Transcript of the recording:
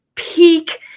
Peak